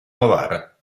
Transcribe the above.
novara